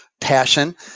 passion